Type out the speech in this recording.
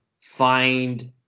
find